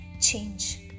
change